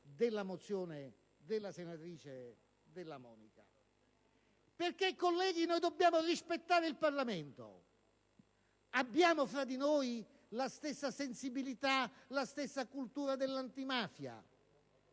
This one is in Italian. della mozione della senatrice Della Monica. Colleghi, dobbiamo rispettare il Parlamento: abbiamo fra di noi la stessa sensibilità, la stessa cultura dell'antimafia?